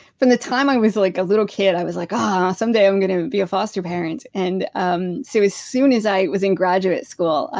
from the time i was like a little kid, i was like um ah someday i'm going to be a foster parent. and um so as soon as i was in graduate school,